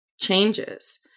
changes